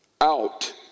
out